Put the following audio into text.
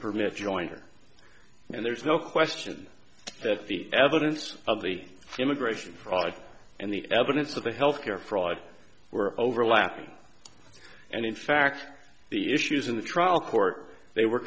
permit jointer and there's no question that the evidence of the immigration fraud and the evidence of the health care fraud were overlapping and in fact the issues in the trial court they were